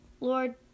Lord